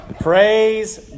Praise